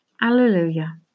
Alleluia